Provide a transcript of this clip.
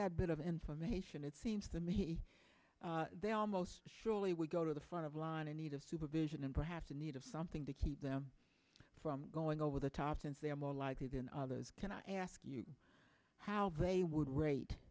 that bit of information it seems to me they almost surely would go to the front of the line in need of supervision and perhaps in need of something to keep them from going over the top since they are more likely than others can i ask you how they would rate